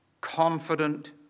Confident